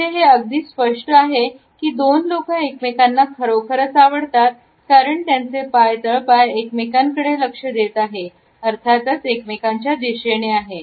इथे हे अगदी स्पष्ट आहे ही दोन लोक एकमेकांना खरोखरच आवडतात कारण त्यांचे पाय आणि तळपाय एकमेकांकडे लक्ष देत आहेत अर्थातच एकमेकांच्या दिशेने आहे